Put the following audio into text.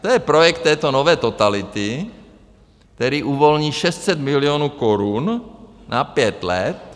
To je projekt této nové totality, který uvolní 600 milionů korun na pět let.